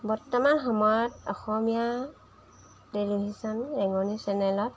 বৰ্তমান সময়ত অসমীয়া টেলিভিশ্যন ৰেঙনি চেনেলত